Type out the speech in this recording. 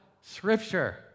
Scripture